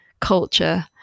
culture